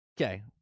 okay